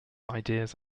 ideas